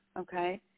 okay